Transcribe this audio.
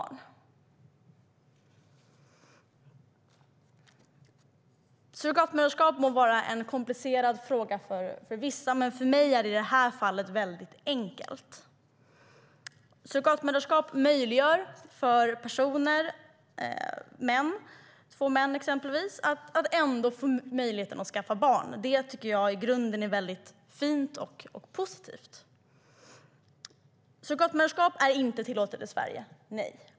Frågan om surrogatmoderskap må vara en komplicerad fråga för vissa, men för mig är det i detta fall väldigt enkelt. Surrogatmoderskap möjliggör för personer, till exempel två män, att skaffa barn. Det tycker jag i grunden är mycket fint och positivt. Surrogatmoderskap är inte tillåtet i Sverige.